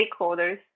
stakeholders